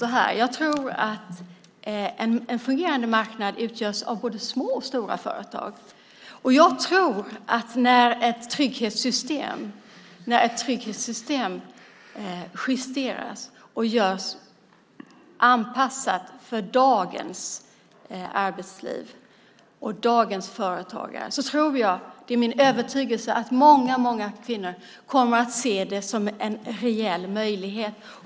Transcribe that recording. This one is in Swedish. Jag tror att en fungerande marknad utgörs av både små och stora företag. Det är min övertygelse att när ett trygghetssystem justeras och anpassas för dagens arbetsliv och dagens företagare att många kvinnor kommer att se det som en reell möjlighet.